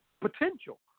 potential